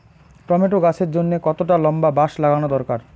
Tomato গাছের জন্যে কতটা লম্বা বাস লাগানো দরকার?